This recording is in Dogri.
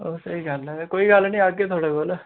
ओह् ते स्हेई गल्ल ऐ कोई गल्ल नि औगे थुआढ़े कोल